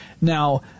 Now